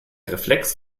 reflex